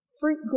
fruit